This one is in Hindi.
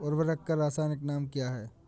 उर्वरक का रासायनिक नाम क्या है?